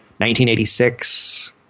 1986